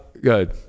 good